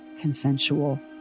consensual